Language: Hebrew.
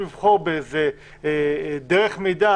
באופן בהיר ונגיש.